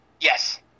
Yes